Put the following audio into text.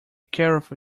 careful